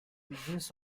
begins